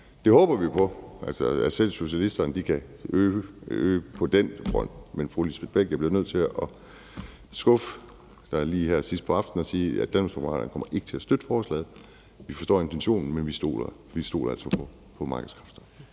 Det håber vi på, altså at selv socialisterne kan øge noget på den front. Men, fru Lisbeth Bech-Nielsen, jeg bliver nødt til at skuffe dig lige her sidst på aftenen og sige, at Danmarksdemokraterne kommer ikke til at støtte forslaget. Vi forstår intentionen, men vi stoler altså på markedskræfterne.